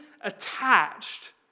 attached